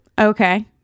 okay